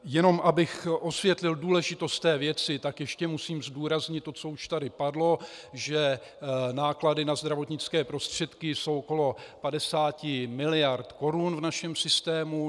Jenom abych osvětlil důležitost té věci, ještě musím zdůraznit to, co už tady padlo že náklady na zdravotnické prostředky jsou okolo 50 mld. korun v našem systému.